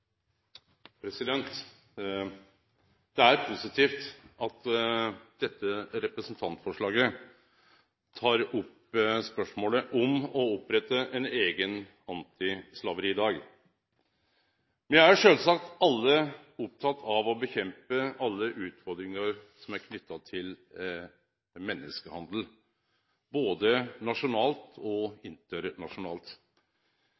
Det er positivt at dette representantforslaget tek opp spørsmålet om å opprette ein eigen antislaveridag. Me er sjølvsagt alle opptekne av å kjempe mot alle utfordringar som er knytte til menneskehandel, både nasjonalt og